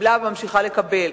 קיבלה וממשיכה לקבל.